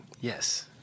Yes